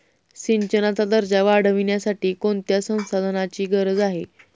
सिंचनाचा दर्जा वाढविण्यासाठी कोणत्या संसाधनांची गरज आहे?